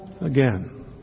again